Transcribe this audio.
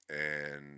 and-